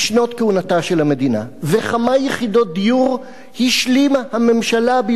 של הממשלה וכמה יחידות דיור השלימה הממשלה ביהודה ושומרון?